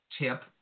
tip